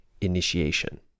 initiation